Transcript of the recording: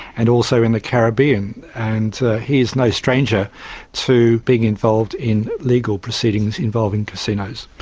and also in the caribbean, and he is no stranger to being involved in legal proceedings involving casinos.